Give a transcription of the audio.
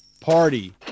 party